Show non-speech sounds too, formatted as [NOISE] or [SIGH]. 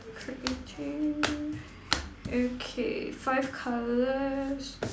[NOISE] okay five colours